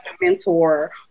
mentor